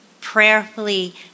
prayerfully